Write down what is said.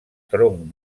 tronc